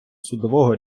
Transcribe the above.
судового